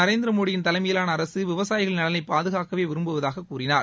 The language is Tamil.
நரேந்திர மோடியின் தலைமையிலான அரசு விவசாயிகளின் நலனைப் பாதுகாக்கவே விரும்புவதாக கூறினார்